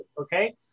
okay